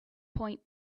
point